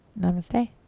Namaste